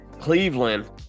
Cleveland